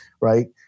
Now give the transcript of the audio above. right